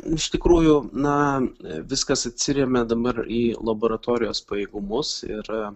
iš tikrųjų na viskas atsiremia dabar į laboratorijos pajėgumus ir